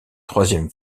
troisième